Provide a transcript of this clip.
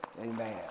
Amen